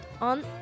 on